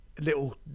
little